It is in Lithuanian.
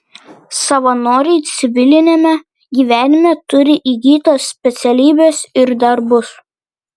savanoriai civiliniame gyvenime turi įgytas specialybes ir darbus